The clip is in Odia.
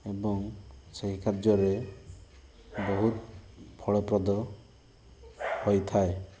ଏବଂ ସେହି କାର୍ଯ୍ୟରେ ବହୁତ ଫଳପ୍ରଦ ହୋଇଥାଏ